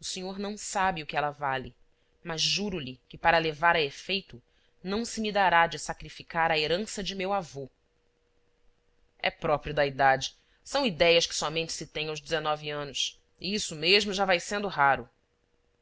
o senhor não sabe o que ela vale mas juro-lhe que para a levar a efeito não se me dará de sacrificar a herança de meu avô é próprio da idade são idéias que somente se têm aos dezenove anos e isso mesmo já vai sendo raro